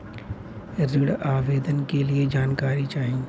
ऋण आवेदन के लिए जानकारी चाही?